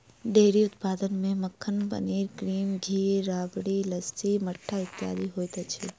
dairy उत्पाद मे मक्खन, पनीर, क्रीम, घी, राबड़ी, लस्सी, मट्ठा इत्यादि होइत अछि